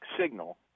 signal